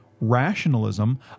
rationalism